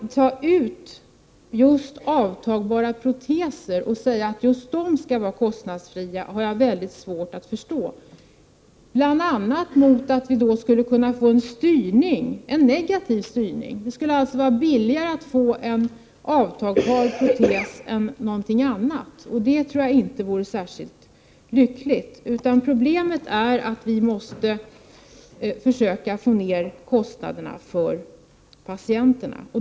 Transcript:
Varför man skulle skilja ut just avtagbara proteser och säga att de skall vara kostnadsfria har jag svårt att förstå, bl.a. mot bakgrund av att vi då skulle kunna få en negativ styrning. Då skulle det alltså vara billigare att få en avtagbar protes än någonting annat, och det tror jag inte vore särskilt lyckligt. Problemet är att vi måste få ned kostnaderna för patienterna.